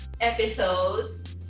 episode